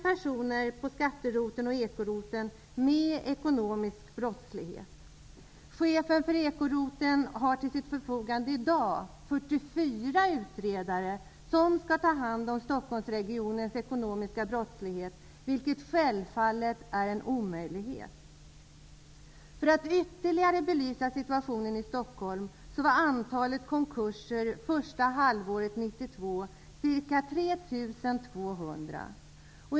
personer på skatteroteln och ekoroteln med ekonomisk brottslighet. I dag har chefen för ekoroteln till sitt förfogande 44 utredare, som skall ta hand om Stockholmsregionens ekonomiska brottslighet, vilket självfallet är en omöjlighet. För att ytterligare belysa situationen i Stockholm kan jag nämna att antalet konkurser första halvåret 1992 var ca 3 200.